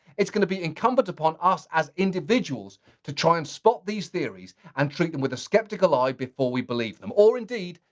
it's gonna be incumbent upon us, as individuals, to try and stop these theories, and treat them with a skeptical eye before we believe them. or, indeed,